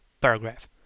paragraph